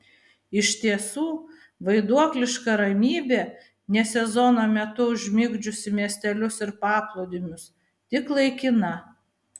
iš tiesų vaiduokliška ramybė ne sezono metu užmigdžiusi miestelius ir paplūdimius tik laikina